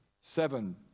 seven